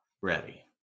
ready